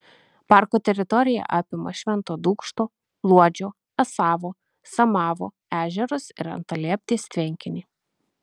parko teritorija apima švento dūkšto luodžio asavo samavo ežerus ir antalieptės tvenkinį